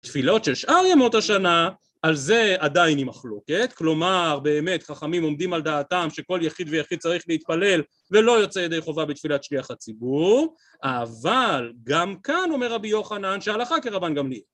תפילות של שאר ימות השנה, על זה עדיין היא מחלוקת, כלומר באמת חכמים עומדים על דעתם שכל יחיד ויחיד צריך להתפלל ולא יוצא ידי חובה בתפילת שליח הציבור, אבל גם כאן אומר רבי יוחנן שהלכה כרבן גמליא...